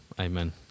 amen